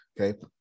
Okay